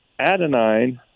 adenine